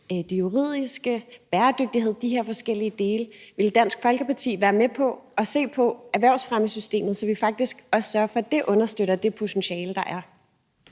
det juridiske og bæredygtighed – de her forskellige dele. Vil Dansk Folkeparti være med på at se på erhvervsfremmesystemet, så vi faktisk også sørger for, at det understøtter det potentiale, der er?